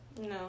No